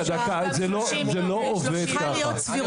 זה לא עובד כך.